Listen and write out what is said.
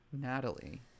Natalie